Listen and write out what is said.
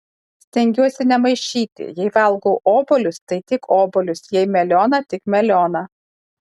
stengiuosi nemaišyti jei valgau obuolius tai tik obuolius jei melioną tik melioną